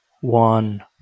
one